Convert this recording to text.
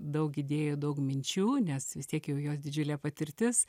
daug idėjų daug minčių nes vis tiek jau jos didžiulė patirtis